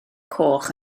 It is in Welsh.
coch